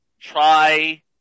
try